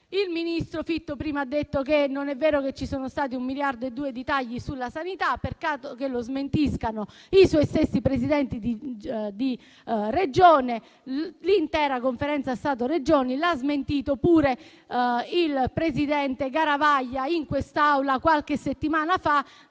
Il ministro Fitto prima ha detto che non è vero che ci sono stati 1,2 miliardi di tagli sulla sanità; peccato che lo smentiscano i suoi stessi Presidenti di Regione, l'intera Conferenza Stato-Regioni e che l'abbia smentito pure il presidente Garavaglia in quest'Aula qualche settimana fa,